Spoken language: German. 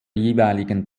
jeweiligen